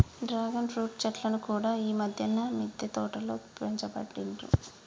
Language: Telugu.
డ్రాగన్ ఫ్రూట్ చెట్లను కూడా ఈ మధ్యన మిద్దె తోటలో పెంచబట్టిండ్రు